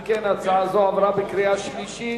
אם כן, הצעה זו עברה בקריאה שלישית